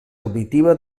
auditiva